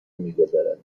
میگذرد